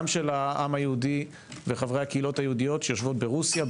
גם של העם היהודי וחברי הקהילות היהודיות שיושבות ברוסיה,